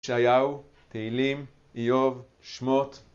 ישעיהו, תהילים, איוב, שמות